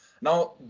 Now